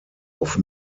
auf